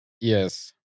Yes